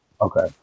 Okay